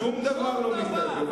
שום דבר לא משתווה.